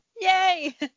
Yay